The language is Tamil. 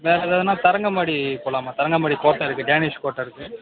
வேறு எதாவதுனா தரங்கம்பாடி போகலாமா தரங்கம்பாடி கோட்டை இருக்குது டேனீஸ் கோட்டை இருக்குது